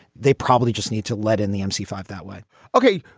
they probably just need to let in the m c five that way ok,